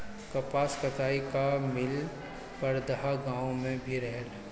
कपास कताई कअ मिल परदहा गाँव में भी रहल